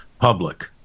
public